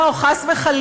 לא, חס וחלילה.